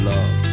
Love